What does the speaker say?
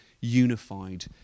unified